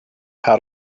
how